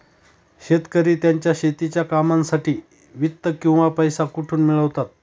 शेतकरी त्यांच्या शेतीच्या कामांसाठी वित्त किंवा पैसा कुठून मिळवतात?